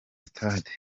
stade